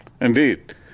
Indeed